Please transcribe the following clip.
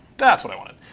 that's what i wanted.